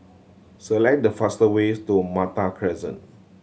select the fast ways to Malta Crescent